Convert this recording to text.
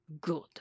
Good